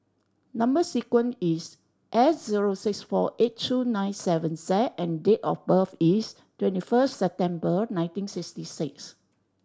number sequence is S zero six four eight two nine seven Z and date of birth is twenty first September nineteen sixty six